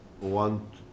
want